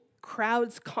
crowds